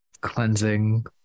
cleansing